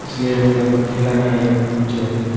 इसलिए मतलब कुछ खेला में रूचि रखते